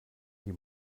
die